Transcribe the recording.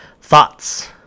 Thoughts